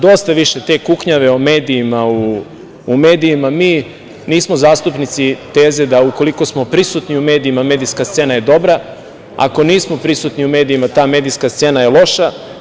Dosta više te kuknjave o medijima u medijima, mi nismo zastupnici te teze da ukoliko smo prisutni u medijima medijska scena je dobra, a ako nismo prisutni u medijima ta medijska scena je loša.